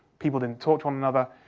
people didn't talk to one another,